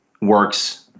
works